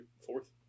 fourth